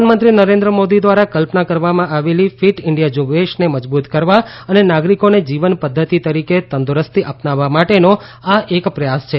પ્રધાનમંત્રી નરેન્દ્ર મોદી દ્વારા કલ્પના કરવામાં આવેલી ફીટ ઈન્ડિયા ઝુંબેશને મજબૂત કરવા અને નાગરિકોને જીવનપદ્વતિ તરીકે તંદુરસ્તી અપનાવવા માટેનો આ એક પ્રયાસ છે